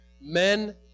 men